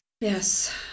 Yes